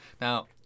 Now